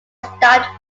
stopped